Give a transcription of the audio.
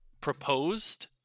proposed